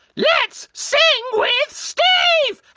let's sing with steve.